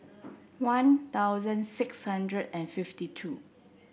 One Thousand six hundred and fifty two